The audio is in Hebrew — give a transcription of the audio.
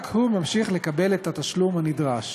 רק הוא ממשיך לקבל את התשלום הנדרש.